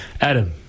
Adam